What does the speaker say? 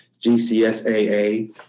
GCSAA